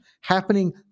happening